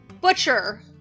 butcher